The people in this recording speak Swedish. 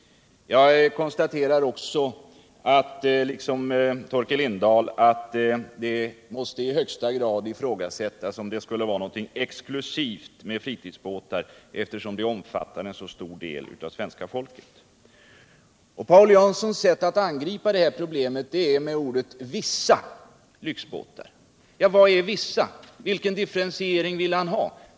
Jag konstaterar också. liksom Torkel Lindahl, att det I högsta grad måste ifrågasättas att der skulle vara något exklusivt med tritidsbåtar. De har ju i stället stor omfattning blund svenska folket. Paul Janssons sätt att angripa objektet är alt använda uttrycket ”vissa” Ivxbätar. Vad är vissa? Vilken dilferentiering vill han ha”?